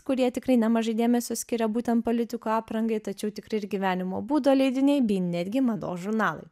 kurie tikrai nemažai dėmesio skiria būtent politikų aprangai tačiau tikrai ir gyvenimo būdo leidiniai bei netgi mados žurnalai